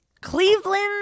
Cleveland